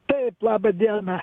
taip laba diena